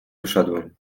wyszedłem